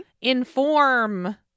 inform